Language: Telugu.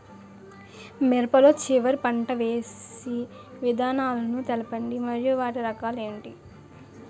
మిరప లో చివర పంట వేసి విధానాలను తెలపండి మరియు వాటి రకాలు ఏంటి